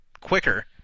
quicker